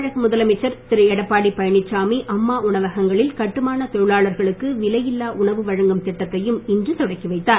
தமிழக முதலமைச்சர் திரு எடப்பாடி பழனிச்சாமி அம்மா உணவகங்களில் கட்டுமான தொழிலாளர்களுக்கு விலையில்லா உணவு வழங்கும் திட்டத்தையும் இன்று தொடக்கி வைத்தார்